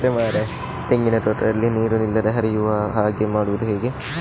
ತೆಂಗಿನ ತೋಟದಲ್ಲಿ ನೀರು ನಿಲ್ಲದೆ ಹರಿಯುವ ಹಾಗೆ ಮಾಡುವುದು ಹೇಗೆ?